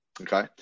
okay